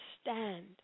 stand